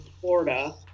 Florida